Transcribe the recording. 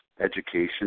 education